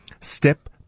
step